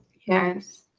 Yes